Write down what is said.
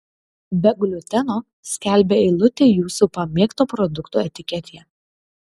be gliuteno skelbia eilutė jūsų pamėgto produkto etiketėje